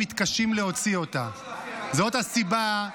-- שהקימו כאן -- אמרתם שתבטלו את ההסכם.